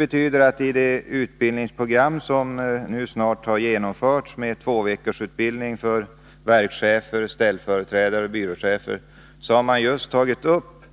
I det utbildningsprogram som nu snart har genomförts med tvåveckorsutbildning för verkschefer, ställföreträdare och byråchefer har man just tagit upp